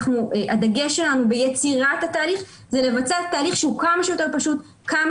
הדגש שלנו ביצירת התהליך זה לבצע תהליך שהוא כמה שיותר פשוט וכמה